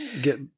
get